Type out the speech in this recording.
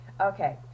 Okay